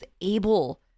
able